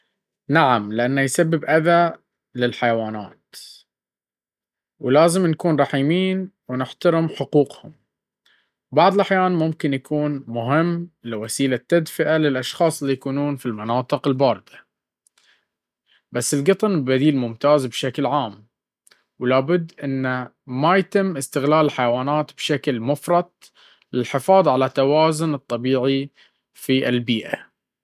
نعم، لأنه يسبب أذى للحيوانات، وبدنا نكون رحيمين ونحترم حقوقهم, وبعض الأحيان ممكن يكون مهم لوسيلة تدفئة للأشخاص اللي يسكنون في المناطق الباردة بس القطن بديل ممتاز بشكل عام ولابد انه ما يتم استغلال الحيوانات بشكل مفرط للحفاظ على توازن الطبيعي في البيئة.